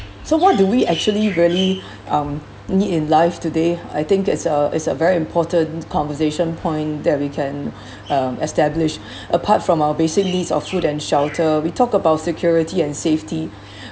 so what do we actually really um need in life today I think it's a it's a very important conversation point that we can um establish apart from our basic needs of food and shelter we talk about security and safety